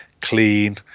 clean